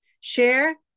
Share